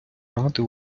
ради